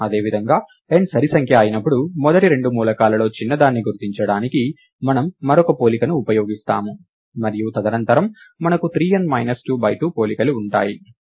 అదేవిధంగా n సరి సంఖ్య అయినప్పుడు మొదటి రెండు మూలకాలలో చిన్నదాన్ని గుర్తించడానికి మనం మరొక పోలికను ఉపయోగిస్తాము మరియు తదనంతరం మనకు 3 n మైనస్ 2 బై 2 పోలికలు ఉంటాయి